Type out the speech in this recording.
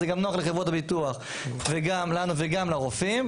זה גם נוח לחברות הביטוח וגם לנו וגם לרופאים,